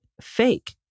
fake